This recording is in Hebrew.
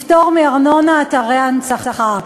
לפטור מארנונה אתרי הנצחה,